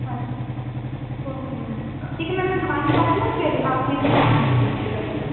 okay ma'am ٹھیک ہے ma'am میں دکان پہ آتی ہوں پھر آپ میکو سامان دے دیجیے گا یہ سب